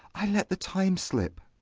i let the time slip.